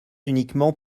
uniquement